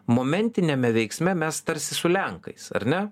momentiniame veiksme mes tarsi su lenkais ar ne